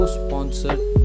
sponsored